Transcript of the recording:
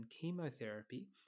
chemotherapy